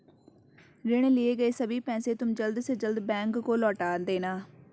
ऋण लिए गए सभी पैसे तुम जल्द से जल्द बैंक को लौटा देना